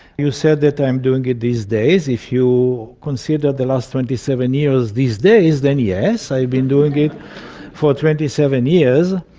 you said that i'm doing it these days, and if you consider the last twenty seven years these days then yes, i've been doing it for twenty seven years.